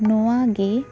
ᱱᱚᱶᱟ ᱜᱤ